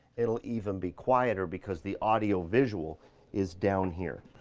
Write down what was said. it'll even be quieter because the audio-visual is down here.